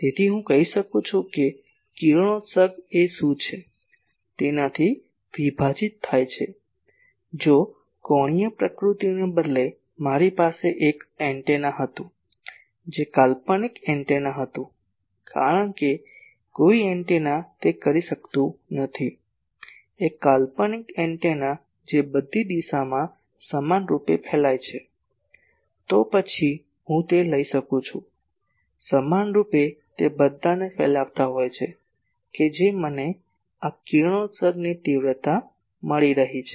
તેથી હું કહી શકું છું કિરણોત્સર્ગ એ શું છે તેનાથી વિભાજિત થાય છે જો કોણીય પ્રકૃતિને બદલે મારી પાસે એક એન્ટેના હતું જે કાલ્પનિક એન્ટેના હતું કારણ કે કોઈ એન્ટેના તે કરી શકતું નથી એક કાલ્પનિક એન્ટેના જે બધી દિશામાં સમાન રૂપે ફેલાય છે તો પછી હું તે લઈ શકું સમાનરૂપે તે બધાને ફેલાવતા હોય છે કે મને આના કિરણોત્સર્ગની તીવ્રતા મળી રહી છે